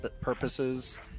purposes